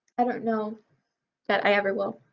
i don't know that i ever will.